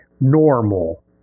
normal